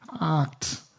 act